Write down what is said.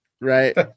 Right